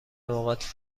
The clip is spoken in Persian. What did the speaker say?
نقاط